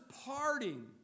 parting